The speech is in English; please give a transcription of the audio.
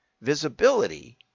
visibility